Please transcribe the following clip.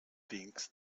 thinks